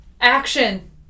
Action